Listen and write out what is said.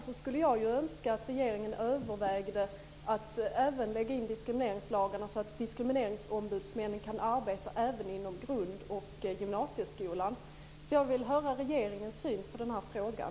Jag skulle önska att regeringen övervägde att ändra diskrimineringslagarna så att diskrimineringsombudsmännen kan arbeta även inom grund och gymnasieskolan. Jag vill höra regeringens syn på den frågan.